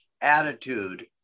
attitude